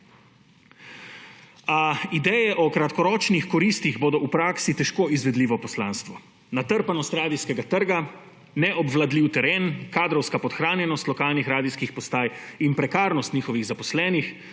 ideje o kratkoročnih koristih bodo v praksi težko izvedljivo poslanstvo. Natrpanost radijskega trga, neobvladljiv teren, kadrovska podhranjenost lokalnih radijskih postaj in prekarnost njihovih zaposlenih